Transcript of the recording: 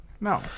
No